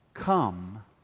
Come